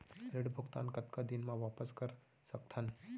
ऋण भुगतान कतका दिन म वापस कर सकथन?